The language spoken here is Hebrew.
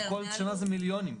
וכל שנה זה מיליונים.